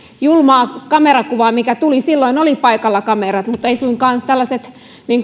julmaa kamerakuvaa mikä tuli silloin oli paikalla kamerat mutta ei suinkaan tällaiset